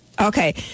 Okay